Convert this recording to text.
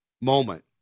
moment